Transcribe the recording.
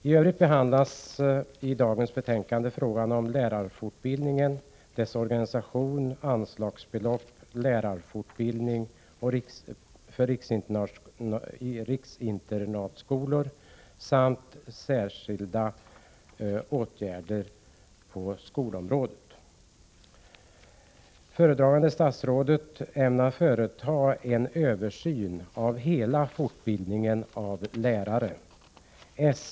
I övrigt behandlar dagens betänkande frågan om lärarfortbildningen, dess organisation, anslagsbelopp, lärarfortbildning för riksinternatskolor samt särskilda åtgärder på skolområdet. Föredragande statsrådet ämnar företa en översyn av hela fortbildningen av lärare.